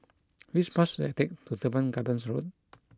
which bus I take to Teban Gardens Road